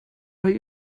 are